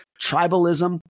tribalism